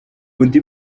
undi